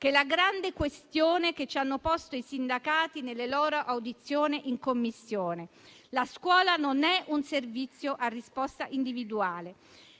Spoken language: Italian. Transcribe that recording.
è la grande questione che ci hanno posto i sindacati nelle loro audizioni in Commissione: la scuola non è un servizio a risposta individuale.